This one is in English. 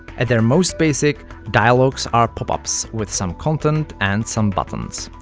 at their most basic, dialogs are pop-ups with some content and some buttons.